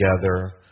together